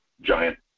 giant